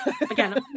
again